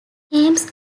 names